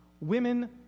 Women